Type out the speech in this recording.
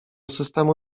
systemu